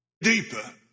deeper